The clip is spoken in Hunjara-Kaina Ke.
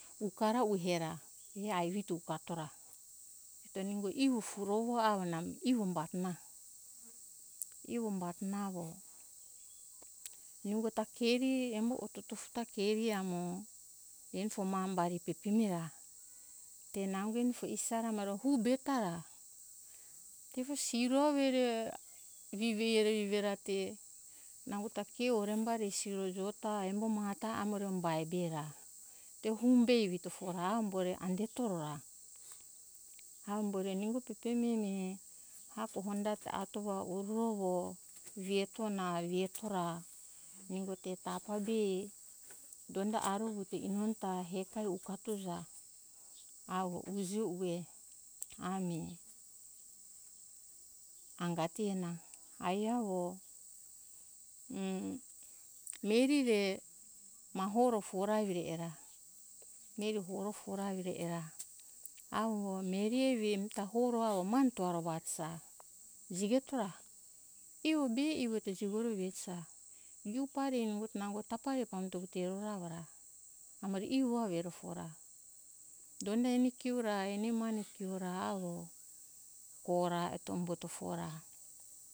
Tuka ra ue he ra ai vito umbato ra eto nungo ivo bovu amo ivo umbato na ivo umbato na avo nungo ta keri embo otofu ta keri amo eni fo umbari pepemi ra te eni fo nango pisara no be ta ra tefo siro avo re vivi e ra te nango ta kio vuto horembari siro jo ta embo maha ta amo re umbae be ra tefo umbe vito ambo re ande to ro ra ambo re embo pepemi hako hondate at ova vuru ro anga hie to ra ungo te tafa nau be donda aro vito inono ta hekai vatuja avo pije be ange be angati ena ai avo mire re ma horo foro era mire horo fora era avo mire evi ami ta horo avo mane to aro vatija jigeto ra ivo be ivo jigoro vetija givu pari nungo ta nango ta pambuto ero ra avo ra amore ivo avo fo ra donda eni kio ra eni mane kio ra avo ora eto umbuto fo ra